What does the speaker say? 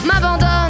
m'abandonne